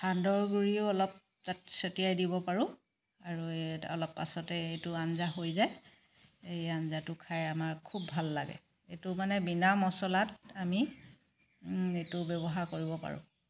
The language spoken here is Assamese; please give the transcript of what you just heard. সান্দহ গুড়িও অলপ তাত ছটিয়াই দিব পাৰো আৰু এই অলপ পাছতেই এইটো আঞ্জা হৈ যায় এই আঞ্জাটো খাই আমাৰ খুব ভাল লাগে এইটো মানে বিনা মচলাত আমি এইটো ব্যৱহাৰ কৰিব পাৰো